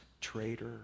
traitor